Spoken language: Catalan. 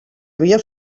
havia